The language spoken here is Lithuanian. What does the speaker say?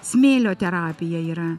smėlio terapija yra